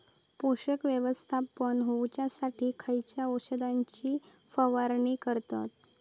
पोषक व्यवस्थापन होऊच्यासाठी खयच्या औषधाची फवारणी करतत?